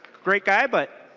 great guy but